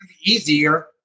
easier